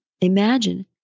imagine